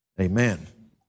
Amen